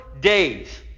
days